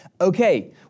Okay